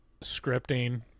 scripting